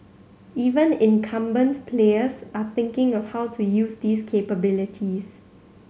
even incumbent players are thinking of how to use these capabilities